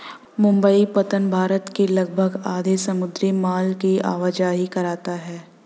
मुंबई पत्तन भारत के लगभग आधे समुद्री माल की आवाजाही करता है